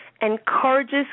encourages